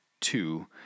two